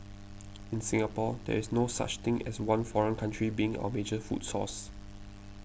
in Singapore there is no such thing as one foreign country being our major food source